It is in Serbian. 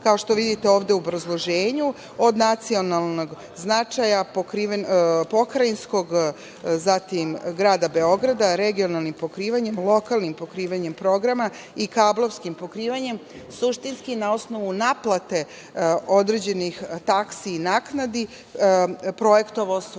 kao što vidite ovde u obrazloženju, od nacionalnog značaja pokriven, pokrajinskog, grada Beograda, regionalnim pokrivanjem, lokalnim pokrivanjem programa i kablovskim pokrivanjem, suštinski, na osnovu naplate određenih taksi i naknadi projektovao svoje